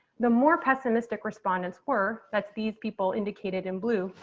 the more pessimistic respondents were that's these people indicated in blue,